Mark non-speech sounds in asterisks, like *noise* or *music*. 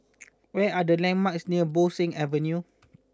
*noise* where are the landmarks near Bo Seng Avenue